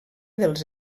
dels